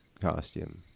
costume